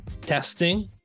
testing